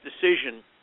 decision